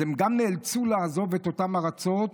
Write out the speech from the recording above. הם נאלצו לעזוב את אותן ארצות,